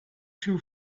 too